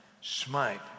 smite